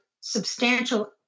substantial